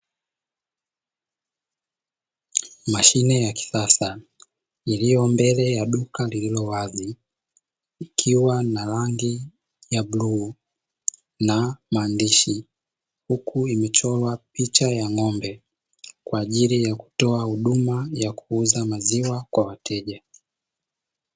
Mashine ya kisasa iliyombele ya duka lililowazi, ikiwa na rangi ya bluu na maandishi, huku imechorwa picha ya ngombe kwaajili ya kutoa huduma ya kuuza maziwa kwa wateja.